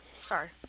sorry